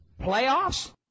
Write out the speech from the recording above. Playoffs